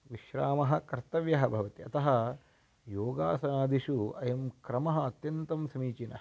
विश्रामः कर्तव्यः भवति अतः योगासनादिषु अयं क्रमः अत्यन्तं समीचीनः